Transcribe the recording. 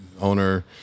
Owner